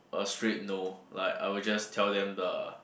a straight no like I'll just tell them the